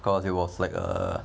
cause it was like a